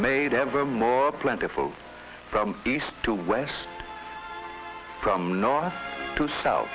made ever more plentiful from east to west from north to s